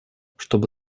чтобы